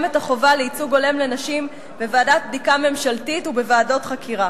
גם את החובה לייצוג הולם לנשים בוועדת בדיקה ממשלתית ובוועדות חקירה.